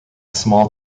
small